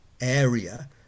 area